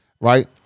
right